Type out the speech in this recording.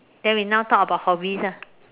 then we now talk about hobbies ah